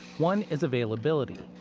one is availability.